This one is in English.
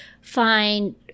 find